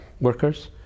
workers